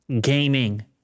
gaming